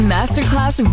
Masterclass